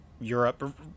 Europe